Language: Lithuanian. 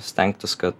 stengtis kad